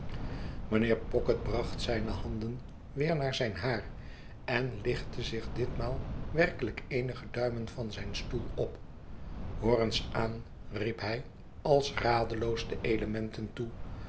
mijnheer pocket bracht zijne handen weer naar zijn haar en lichtte zich ditmaal werkelijk eenige duimen van zijn stoel op hoor eens aan i riep hij als radeloos de elementen toe